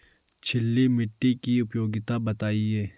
छिछली मिट्टी की उपयोगिता बतायें?